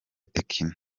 tekno